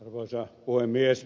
arvoisa puhemies